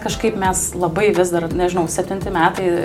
kažkaip mes labai vis dar nežinau septinti metai